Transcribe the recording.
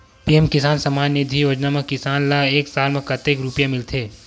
PM Kisan Samman Nidhi Yojana म किसान ल एक साल म कतेक रुपिया मिलथे?